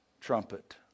trumpet